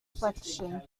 collection